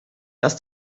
dass